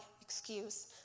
excuse